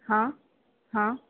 હા હા